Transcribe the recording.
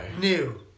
New